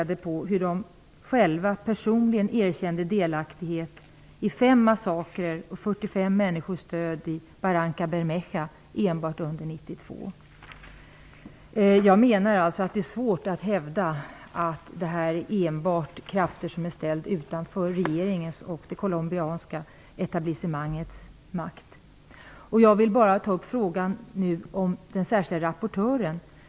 De erkände själva delaktighet i fem massakrer och 45 människors död i Barrancabermeja enbart under 1992. Jag menar alltså att det är svårt att hävda att det enbart är fråga om krafter som är ställda utanför regeringens och det colombianska etablissemangets makt. Jag vill också ta upp frågan om den särskilde rapportören.